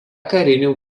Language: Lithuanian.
karinių